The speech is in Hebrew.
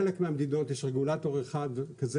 בחלק מהמדינות יש רגולטור אחד כזה